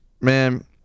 man